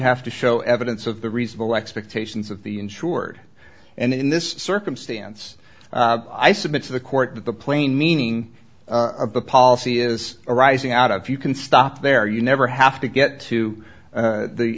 have to show evidence of the reasonable expectations of the insured and in this circumstance i submit to the court that the plain meaning of the policy is arising out of you can stop there you never have to get to